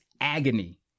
agony